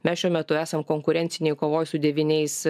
mes šiuo metu esam konkurencinėj kovoj su devyniais